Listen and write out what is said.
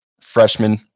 Freshman